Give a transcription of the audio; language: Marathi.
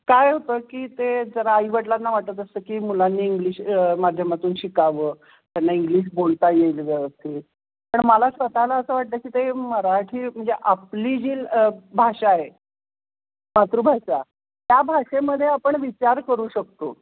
काय होतं की ते जरा आईवडिलांना वाटत असतं की मुलांनी इंग्लिश माध्यमातून शिकावं त्यांना इंग्लिश बोलता येईल व्यवस्थित पण मला स्वतःला असं वाटतं की ते मराठी म्हणजे आपली जी भाषा आहे मातृभाषा त्या भाषेमध्ये आपण विचार करू शकतो